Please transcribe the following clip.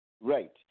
right